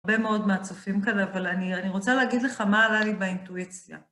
הרבה מאוד מהצופים כאן, אבל אני רוצה להגיד לך מה עלה לי באינטואיציה.